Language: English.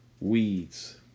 weeds